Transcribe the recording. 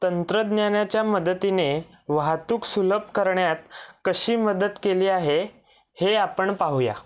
तंत्रज्ञानाच्या मदतीने वाहतूक सुलभ करण्यात कशी मदत केली आहे हे आपण पाहूया